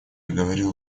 говорил